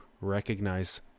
recognize